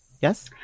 yes